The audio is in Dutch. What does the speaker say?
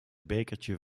bekertje